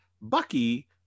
Bucky